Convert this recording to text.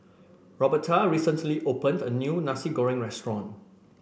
Roberta recently opened a new Nasi Goreng restaurant